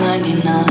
99